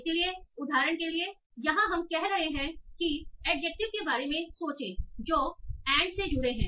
इसलिए उदाहरण के लिए यहां हम कह रहे हैं कि एडजेक्टिव के बारे में सोचें जो एंड से जुड़े हैं